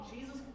Jesus